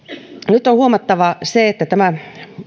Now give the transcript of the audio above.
nyt on huomattava se että tämä